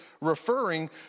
referring